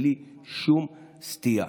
בלי שום סטייה.